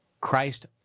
Christ